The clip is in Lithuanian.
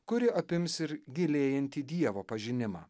kuri apims ir gilėjantį dievo pažinimą